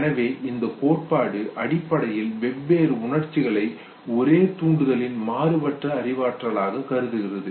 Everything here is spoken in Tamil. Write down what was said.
எனவே இந்த கோட்பாடு அடிப்படையில் வெவ்வேறு உணர்ச்சிகளை ஒரே தூண்டுதலின் மாறுபட்ட அறிவாற்றலாக கருதுகிறது